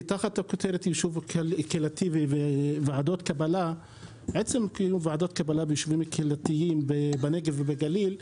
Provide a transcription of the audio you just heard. יישוב קהילתי וועדות קבלה ביישובים קהילתיים בנגב ובגליל,